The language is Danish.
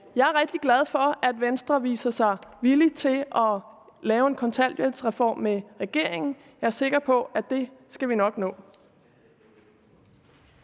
Jeg er rigtig glad for, at Venstre viser sig villig til at lave en kontanthjælpsreform med regeringen. Jeg er sikker på, at det skal vi nok nå.